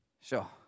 Sure